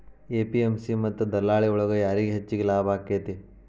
APMC ಮತ್ತ ದಲ್ಲಾಳಿ ಒಳಗ ಯಾರಿಗ್ ಹೆಚ್ಚಿಗೆ ಲಾಭ ಆಕೆತ್ತಿ?